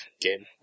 game